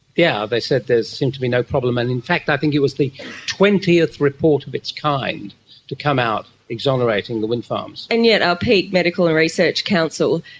yeah they said there seemed to be no problem, and in fact i think it was the twentieth report of its kind to come out exonerating the windfarms. and yet our peak medical and research council,